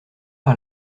par